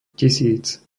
tisíc